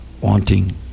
wanting